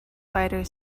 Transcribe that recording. fighter